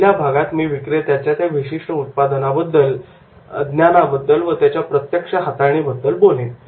पहिल्या भागात मी विक्रेत्याच्या त्या विशिष्ट उत्पादनाबद्दल ज्ञानाबद्दल व त्याच्या प्रत्यक्ष हाताळणी बद्दल बोलेन